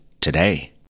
Today